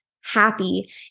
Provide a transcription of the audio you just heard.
happy